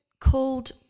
called